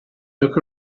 look